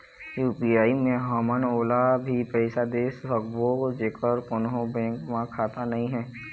UPI मे हमन ओला भी पैसा दे सकबो जेकर कोन्हो बैंक म खाता नई हे?